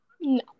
No